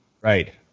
right